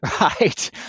right